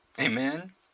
amen